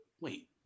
Wait